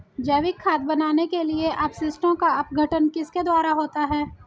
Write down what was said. जैविक खाद बनाने के लिए अपशिष्टों का अपघटन किसके द्वारा होता है?